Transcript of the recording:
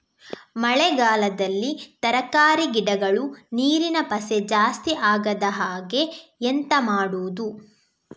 ಮಳೆಗಾಲದಲ್ಲಿ ತರಕಾರಿ ಗಿಡಗಳು ನೀರಿನ ಪಸೆ ಜಾಸ್ತಿ ಆಗದಹಾಗೆ ಎಂತ ಮಾಡುದು?